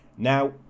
Now